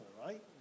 right